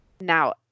Now